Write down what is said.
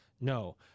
No